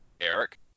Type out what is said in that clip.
Eric